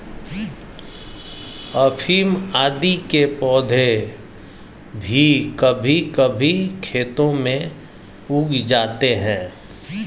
अफीम आदि के पौधे भी कभी कभी खेतों में उग जाते हैं